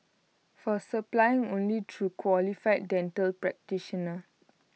for supply only through qualified dental practitioner